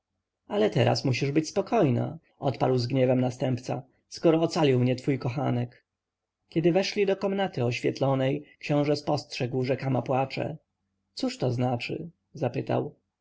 ale teraz musisz być spokojna odparł z gniewem następca skoro ocalił mnie twój kochanek kiedy weszli do komnaty oświetlonej książę spostrzegł że kama płacze cóż to znaczy zapytał